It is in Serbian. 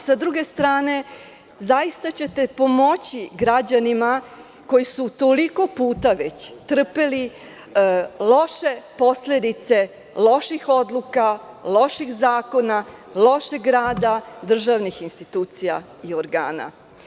S druge strane, zaista ćete pomoći građanima koji su toliko puta već trpeli loše posledice loših odluka, loših zakona, lošeg rada državnih institucija i organa.